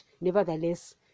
nevertheless